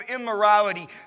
immorality